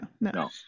no